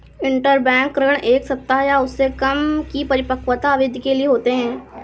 interbank ऋण एक सप्ताह या उससे कम की परिपक्वता अवधि के लिए होते हैं